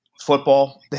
football